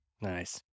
Nice